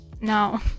No